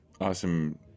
awesome